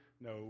no